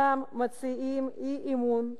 הממשלה רעה, אין מה לעשות.